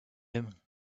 him